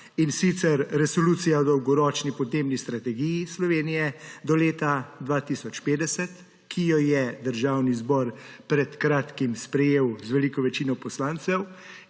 in sicer Resolucija o Dolgoročni podnebni strategiji Slovenije do leta 2050, ki jo je Državni zbor pred kratkim sprejel z veliko večino poslancev,